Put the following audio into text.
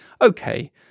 okay